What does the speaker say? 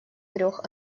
трех